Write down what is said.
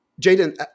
Jaden